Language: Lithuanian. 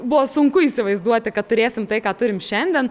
buvo sunku įsivaizduoti kad turėsim tai ką turim šiandien